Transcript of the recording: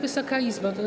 Wysoka Izbo!